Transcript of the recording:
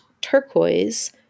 turquoise